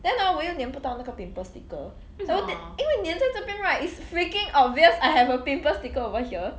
then hor 我又黏不到那个 pimple sticker I will take 因为黏在这边 right it's freaking obvious I have a pimple sticker over here